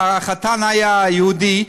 החתן היה יהודי.